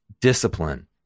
discipline